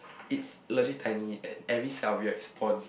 it's logic tiny and every sound weird is tone